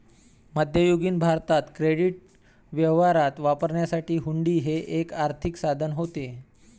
मध्ययुगीन भारतात क्रेडिट व्यवहारात वापरण्यासाठी हुंडी हे एक आर्थिक साधन होते